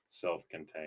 self-contained